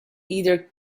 either